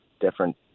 different